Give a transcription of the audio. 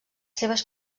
seves